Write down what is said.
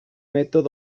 method